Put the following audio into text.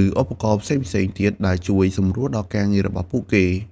ឬឧបករណ៍ផ្សេងៗទៀតដែលជួយសម្រួលដល់ការងាររបស់ពួកគេ។